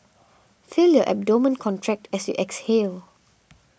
feel your abdomen contract as you exhale